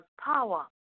power